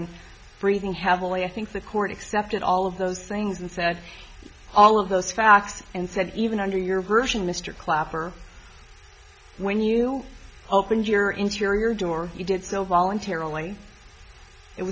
and breathing heavily i think the court accepted all of those things and said all of those facts and said even under your version mr clapper when you opened your interior door you did so voluntarily it